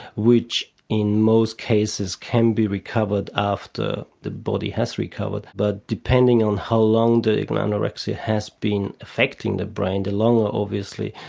which in most cases can be recovered after the body has recovered, but depending on how long the anorexia has been affecting the brain the longer, obviously,